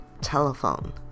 telephone